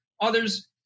others